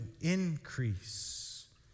increase